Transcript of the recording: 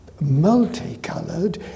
multicolored